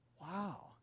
wow